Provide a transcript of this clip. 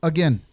Again